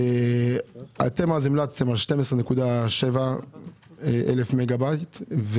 אתם המלצתם אז על 12,700 מגה-ואט,